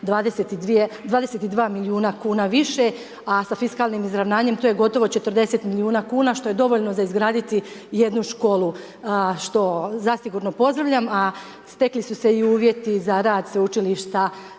22 milijuna kuna više a sa fiskalnim izravnanjem to je gotovo 40 milijuna kuna što je dovoljno za izgraditi jednu školu, a što zasigurno pozdravljam, a stekli su se i uvjeti za rad sveučilišta